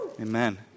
Amen